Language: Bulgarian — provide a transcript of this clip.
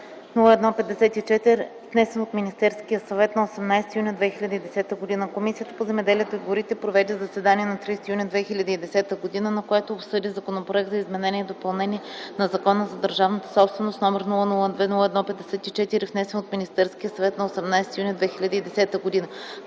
002-01-54, внесен от Министерския съвет на 18 юни 2010 г. Комисията по земеделието и горите проведе заседание на 30 юни 2010 г., на което обсъди Законопроект за изменение и допълнение на Закона за държавната собственост, № 002-01-54, внесен от Министерския съвет на 18 юни 2010 г.